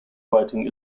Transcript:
writing